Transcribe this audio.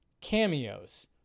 cameos